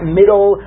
middle